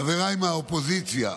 חבריי מהאופוזיציה,